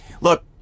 Look